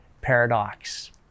paradox